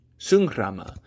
sungrama